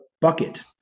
bucket